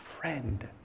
friend